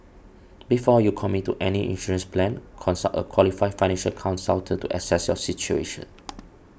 before you commit to any insurance plan consult a qualified financial consultant to assess your situation